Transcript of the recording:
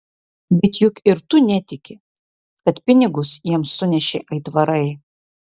bet juk ir tu netiki kad pinigus jam sunešė aitvarai